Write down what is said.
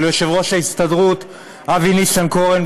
של יושב-ראש ההסתדרות אבי ניסנקורן,